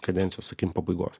kadencijos pabaigos